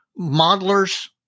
modelers –